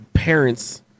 Parents